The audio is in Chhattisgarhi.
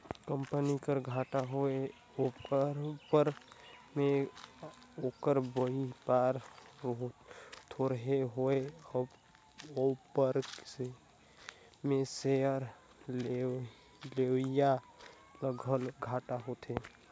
कंपनी कर घाटा होए उपर में ओकर बयपार थोरहें होए उपर में सेयर लेवईया ल घलो घाटा होथे